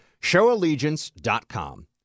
Showallegiance.com